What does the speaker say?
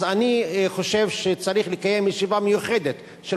אז אני חושב שצריך לקיים ישיבה מיוחדת של